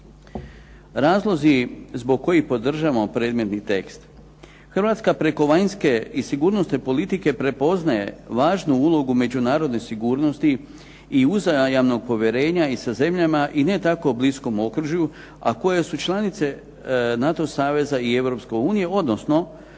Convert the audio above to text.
Razlozi zbog kojih podržavamo predmetni tekst Hrvatska preko vanjske i sigurnosne politike prepoznaje važnu ulogu međunarodne sigurnosti i uzajamnog povjerenja i sa zemljama i ne tako bliskom okružju a koje su članice NATO saveza i Europske